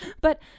but